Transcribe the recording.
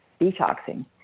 detoxing